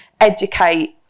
educate